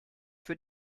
für